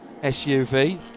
SUV